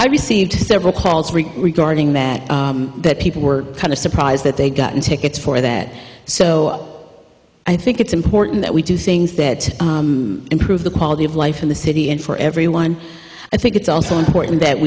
i received several calls regarding there that people were kind of surprised that they've gotten tickets for that so i think it's important that we do things that improve the quality of life in the city and for everyone i think it's also important that